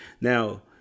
Now